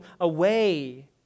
away